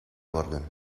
worden